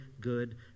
good